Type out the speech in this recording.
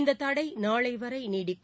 இந்த தடை நாளைவரை நீடிக்கும்